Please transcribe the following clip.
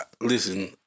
Listen